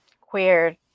queer